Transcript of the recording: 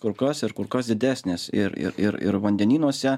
kur kas ir kur kas didesnės ir ir ir ir vandenynuose